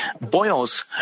boils